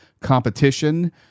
competition